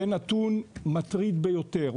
זה נתון מטריד ביותר.